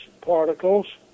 particles